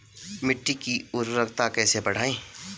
मिट्टी की उर्वरकता कैसे बढ़ायें?